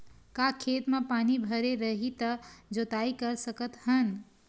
का खेत म पानी भरे रही त जोताई कर सकत हन?